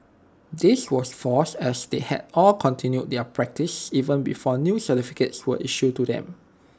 this was false as they had all continued their practice even before new certificates were issued to them